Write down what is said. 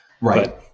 Right